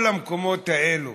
כל המקומות האלה